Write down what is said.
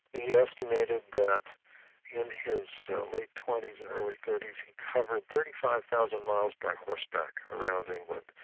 he estimated that in his so late twenty s and early thirty s he covered thirty five thousand miles by horseback around england,